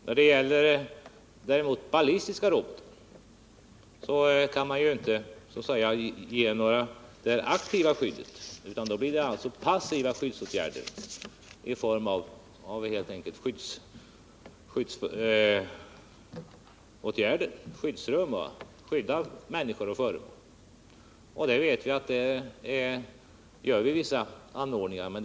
När det däremot gäller ballistiska robotar kan vi inte ge något aktivt skydd, utan då blir det fråga om passiva skyddsåtgärder, bl.a. tillhandahållande av skyddsrum. Vi vidtar vissa passiva skyddsåtgärder, men det går i princip inte att skydda sig mot alla ändamål.